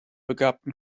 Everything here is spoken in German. begabten